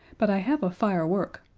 but i have a fire work.